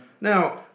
Now